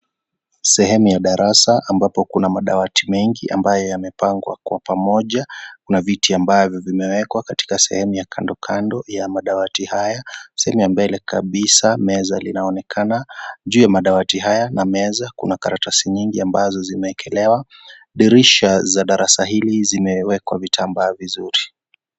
Sehemu ya darasa ambapo kuna madawati mengi ambayo yamepangwa kwa pamoja, kuna viti ambavyo vimewekwa katika sehemu ya Kando Kando ya madawati haya sehemu ya mbele kabisa, meza linaonekana juu ya madawati haya na meza. Kuna karatasi nyingi ambazo zimeekelewa dirisha za darasa hili zimewekwa vitambaa vizuri.